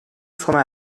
sona